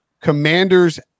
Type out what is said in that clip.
Commanders